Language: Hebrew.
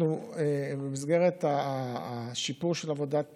במסגרת השיפור של עבודת